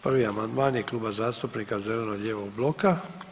1. amandman je Kluba zastupnika zeleno-lijevog bloka.